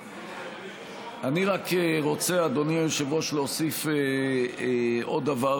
אני רק רוצה, אדוני היושב-ראש, להוסיף עוד דבר